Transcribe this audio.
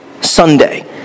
Sunday